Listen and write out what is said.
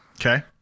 Okay